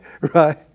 Right